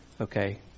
Okay